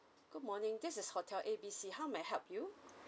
good morning this is hotel A B C how may I help you